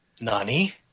Nani